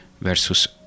versus